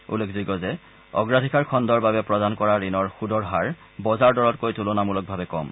উল্লেখযোগ্য যে অগ্ৰাধিকাৰ খণ্ডৰ বাবে প্ৰদান কৰা ঋণৰ সূদৰ হাৰ বজাৰ দৰতকৈ তূলনামূলকভাৱে কম